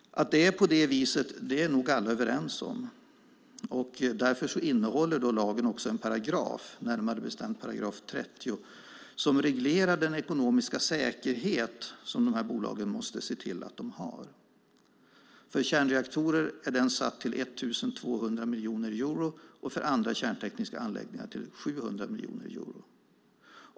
Att det är på det viset är nog alla överens om. Därför innehåller lagen också en paragraf, närmare bestämt § 30, som reglerar den ekonomiska säkerhet som de här bolagen måste se till att de har. För kärnreaktorer är den satt till 1 200 miljoner euro och för andra kärntekniska anläggningar till 700 miljoner euro.